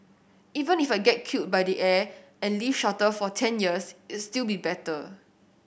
even if I get killed by the air and live shorter for ten years it'll still be better